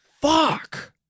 Fuck